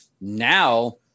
Now